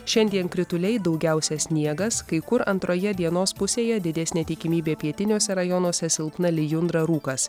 šiandien krituliai daugiausia sniegas kai kur antroje dienos pusėje didesnė tikimybė pietiniuose rajonuose silpna lijundra rūkas